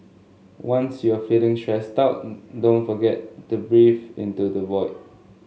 once you are feeling stressed out don't forget to breathe into the void